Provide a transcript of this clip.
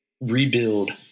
rebuild